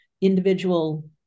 individual